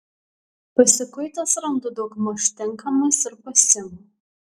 pasikuitęs randu daugmaž tinkamas ir pasiimu